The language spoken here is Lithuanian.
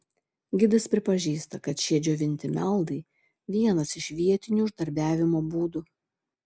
gidas pripažįsta kad šie džiovinti meldai vienas iš vietinių uždarbiavimo būdų